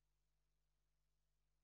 ישראל